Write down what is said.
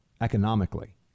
economically